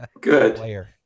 good